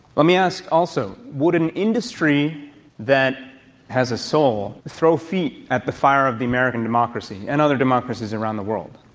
let me ask also, would an industry that has a soul throw feet at the fire of the american democracy and other democracies around the world?